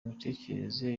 mitekerereze